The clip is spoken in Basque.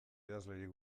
idazlerik